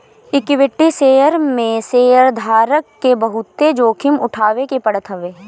equity share में शेयरधारक के बहुते जोखिम उठावे के पड़त हवे